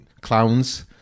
clowns